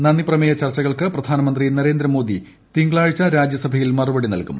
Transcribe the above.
നന്റ്ടി പ്രിക്യ്മേയ ചർച്ചകൾക്ക് പ്രധാനമന്ത്രി നരേന്ദ്രമോദി തിങ്കളാഴ്ച്ച് രാജ്യസഭയിൽ മറുപടി നൽകും